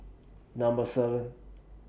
Number seven